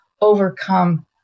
overcome